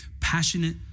passionate